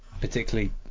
particularly